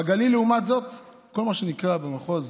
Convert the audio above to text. בגליל, לעומת זאת, כל מה שנקרא במחוז